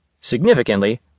Significantly